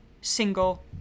single